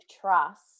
trust